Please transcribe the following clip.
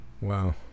Wow